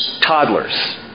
Toddlers